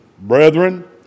Brethren